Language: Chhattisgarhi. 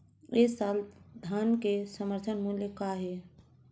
ए साल धान के समर्थन मूल्य का हे?